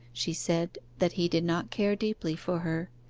she said, that he did not care deeply for her,